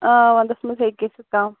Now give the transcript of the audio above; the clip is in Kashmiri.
آ وۅنٛدَس منٛز ہیٚکہِ گژھِتھ کَم